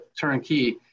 turnkey